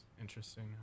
interesting